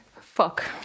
fuck